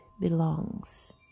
belongs